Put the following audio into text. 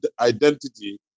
identity